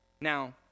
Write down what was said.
Now